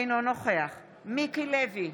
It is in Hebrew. אינו נוכח מיקי לוי,